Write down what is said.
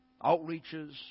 outreaches